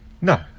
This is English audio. No